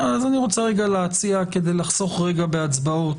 תקין, לכן